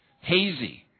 hazy